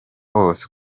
hose